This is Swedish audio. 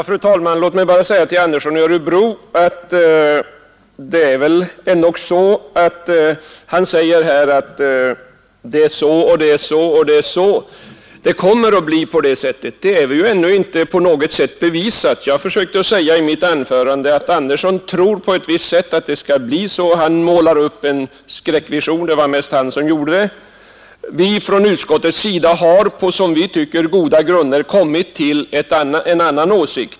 Fru talman! Herr Andersson i Örebro säger att det kommer att bli på det och det sättet. Men det är ju ändå inte på något sätt bevisat. Jag sade i mitt anförande att herr Andersson tror att det skall bli på ett visst sätt och att han målade upp en skräckvision — det var mest han som gjorde det. Utskottsmajoriteten har på, som vi tycker, goda grunder kommit till en annan åsikt.